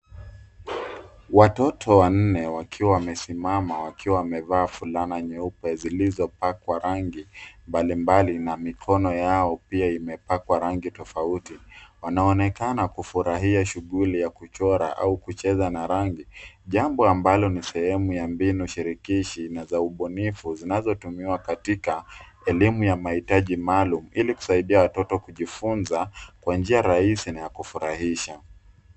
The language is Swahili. Watoto wanne, wakiwa wamesimama, wakiwa wamevaa fulana nyeupe, zilizopakwa rangi mbalimbali, na mikono yao, pia imepakwa rangi tofauti. Wanaonekana kufurahia shughuli ya kuchora, au kucheza na rangi, jambo ambalo ni sehemu ya mbinu shirikishi, na za ubunifu, zinazotumiwa katika elimu ya mahitaji maalum, ili kuwezesha watoto kujifunza, kwa njia rahisi, na ya kufurahisha.